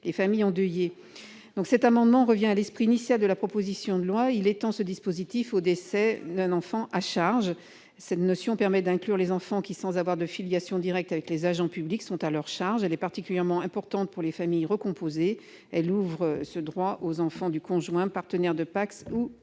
les familles endeuillées. Cet amendement revient à l'esprit initial de la proposition de loi, en étendant ce dispositif au décès d'un enfant à charge. Cette notion permet d'inclure les enfants qui, sans avoir de filiation directe avec les agents publics, sont à leur charge. Elle est particulièrement importante pour les familles recomposées, car elle ouvre ce droit aux enfants du conjoint, partenaire de PACS ou